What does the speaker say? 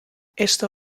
esto